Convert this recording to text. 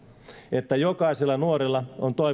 että jokaisella nuorella on toivon näköaloja ja että